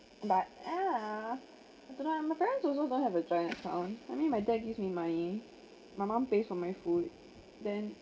but ah I don't know my parents also don't have a joint account I mean my dad give me money my mum pays for my food then